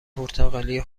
پرتغالی